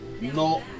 No